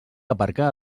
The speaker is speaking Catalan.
aparcar